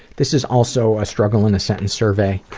this is also a struggle in a sentence survey,